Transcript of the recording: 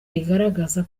bigaragaza